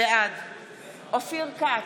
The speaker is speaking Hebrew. בעד אופיר כץ,